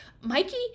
Mikey